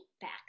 back